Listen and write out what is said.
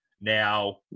Now